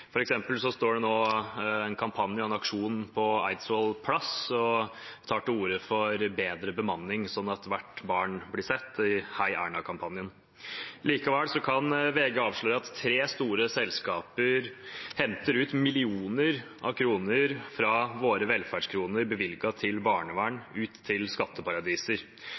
det nå en kampanje, en aksjon – heierna-kampanjen – på Eidsvolls plass og tar til orde for bedre bemanning, sånn at hvert barn blir sett. Likevel kan VG avsløre at tre store selskaper henter millioner av kroner fra våre velferdskroner bevilget til barnevern ut til skatteparadiser.